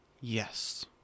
Yes